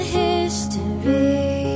history